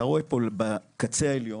אתה רואה פה בקצה העליון,